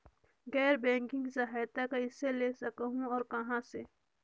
गैर बैंकिंग सहायता कइसे ले सकहुं और कहाँ से?